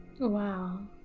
Wow